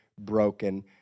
broken